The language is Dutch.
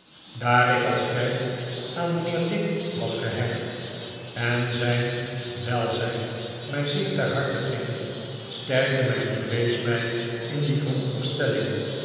daar ik al sterk aan mijnheer dick was gehecht en zijn welzijn mij zeer ter harte ging sterkte mijn vrees mij in die veronderstelling